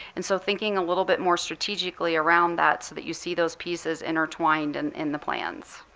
and so thinking a little bit more strategically around that so that you see those pieces intertwined and in the plans.